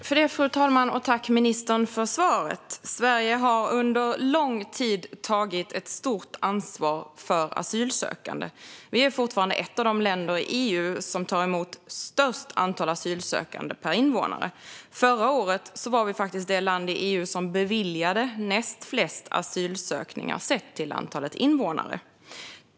Fru talman! Tack, ministern, för svaret! Sverige har under lång tid tagit ett stort ansvar för asylsökande. Sverige är fortfarande ett av de länder i EU som tar emot störst antal asylsökande per invånare. Förra året var Sverige det land i EU som beviljade näst flest asylansökningar sett till antalet invånare.